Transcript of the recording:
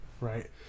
Right